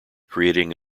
creating